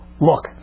Look